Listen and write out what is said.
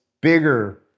bigger